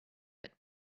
but